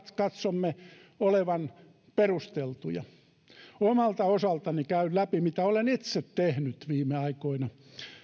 katsomme olevan perusteltuja omalta osaltani käyn läpi mitä olen itse tehnyt viime aikoina